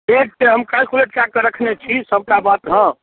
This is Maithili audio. एक टाइम केलकुलेट कैकऽ रखने छी सभटा बात हाँ